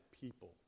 people